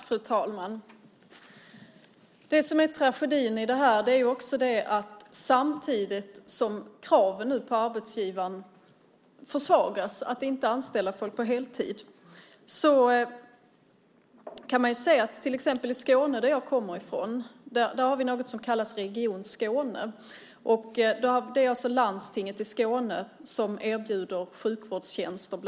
Fru talman! Det som är tragedin i det här är att kraven på arbetsgivaren försvagas och att de inte anställer folk på heltid. I till exempel Skåne som jag kommer ifrån har vi någonting som kallas Region Skåne. Det är alltså Landstinget i Skåne som erbjuder bland annat sjukvårdstjänster.